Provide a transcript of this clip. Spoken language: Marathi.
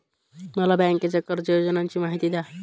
मला बँकेच्या कर्ज योजनांची माहिती द्या